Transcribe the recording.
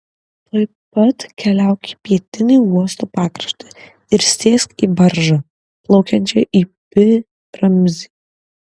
tuoj pat keliauk į pietinį uosto pakraštį ir sėsk į baržą plaukiančią į pi ramzį